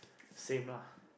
same lah